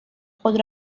خود